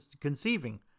conceiving